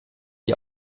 die